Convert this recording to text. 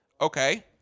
okay